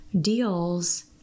deals